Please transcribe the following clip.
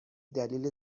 دلیل